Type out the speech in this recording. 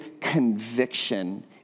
conviction